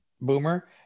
Boomer